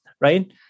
right